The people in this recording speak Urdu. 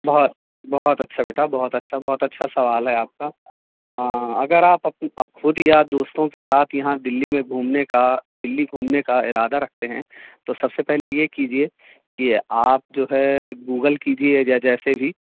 بہت بہت اچھا بیٹا بہت اچھا بہت اچھا سوال ہے آپ کا اگر آپ خود یا دوستوں کے ساتھ یہاں دلی میں گھومنے کا دلی گھومنے کا ارادہ رکھتے ہیں تو سب سے پہلے یہ کیجیے کہ آپ جو ہے گوگل کیجیے یا جیسے ہی